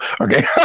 Okay